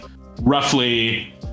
roughly